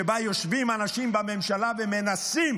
שבה יושבים אנשים בממשלה ומנסים